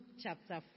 chapter